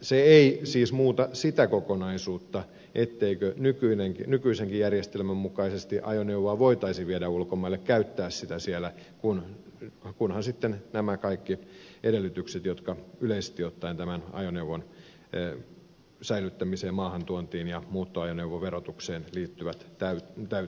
se ei siis muuta sitä kokonaisuutta etteikö nykyisenkin järjestelmän mukaisesti ajoneuvoa voitaisi viedä ulkomaille käyttää sitä siellä kunhan sitten nämä kaikki edellytykset jotka yleisesti ottaen tämän ajoneuvon säilyttämiseen maahantuontiin ja muuttoajoneuvoverotukseen liittyvät täyttyvät